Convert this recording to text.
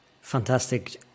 Fantastic